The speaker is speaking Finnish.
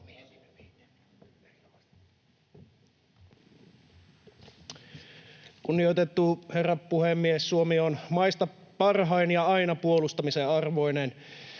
Kunnioitettu herra puhemies! Suomi on maista parhain ja aina puolustamisen arvoinen.